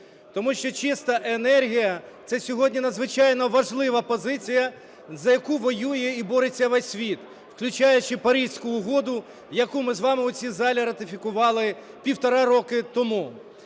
Тому що чиста енергія – це сьогодні надзвичайно важлива позиція, за яку воює і бореться весь світ, включаючи Паризьку угоду, яку ми з вами у цій залі ратифікували півтора роки тому.